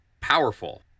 powerful